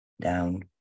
down